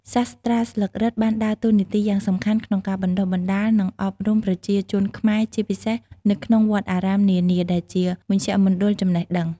សាស្រ្តាស្លឹករឹតបានដើរតួនាទីយ៉ាងសំខាន់ក្នុងការបណ្តុះបណ្តាល និងអប់រំប្រជាជនខ្មែរ ជាពិសេសនៅក្នុងវត្តអារាមនានា ដែលជាមជ្ឈមណ្ឌលចំណេះដឹង។